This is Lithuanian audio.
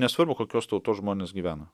nesvarbu kokios tautos žmonės gyvena